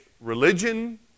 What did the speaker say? religion